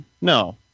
No